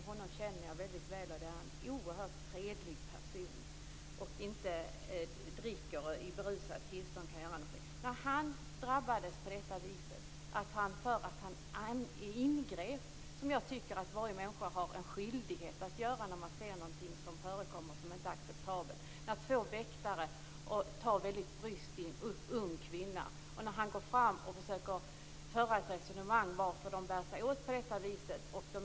Honom känner jag väldigt väl, och det är en oerhört fredlig person. Han dricker inte och kan alltså inte göra någonting i berusat tillstånd. Han drabbades därför att han ingrep, vilket jag tycker att varje människa har en skyldighet att göra när han eller hon ser någonting som inte är acceptabelt. Två väktare tar väldigt bryskt i en ung kvinna. Han går fram och försöker föra ett resonemang om varför de bär sig åt på detta vis.